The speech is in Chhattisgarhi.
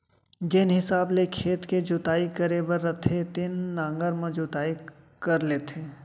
जेन हिसाब ले खेत के जोताई करे बर रथे तेन नांगर म जोताई कर लेथें